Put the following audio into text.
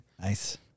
Nice